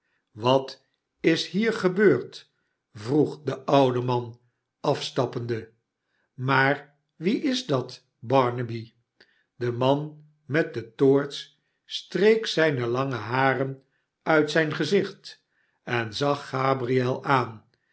wat is hier gebeurd vroeg de ode man afstappende maar wie is dat barnaby de man met de toorts streek zijne lange haren uit zijn gezicht en zag gabriel aan